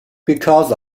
because